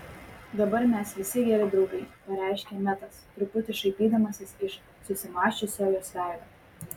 dabar mes visi geri draugai pareiškė metas truputį šaipydamasis iš susimąsčiusio jos veido